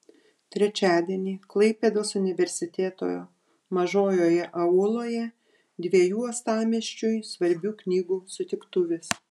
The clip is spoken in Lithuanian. trečiadienį klaipėdos universiteto mažojoje auloje dviejų uostamiesčiui svarbių knygų sutiktuvės